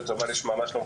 שלום.